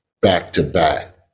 back-to-back